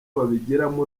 babigiramo